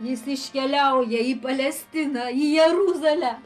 jis iškeliauja į palestiną į jeruzalę